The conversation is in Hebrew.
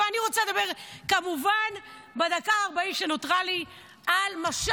אבל בדקה ו-40 שנותרה לי אני רוצה לדבר כמובן על משק